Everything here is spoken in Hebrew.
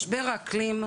משבר האקלים,